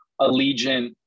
Allegiant